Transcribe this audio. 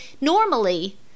normally